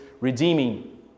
redeeming